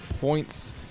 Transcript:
points